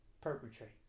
perpetrate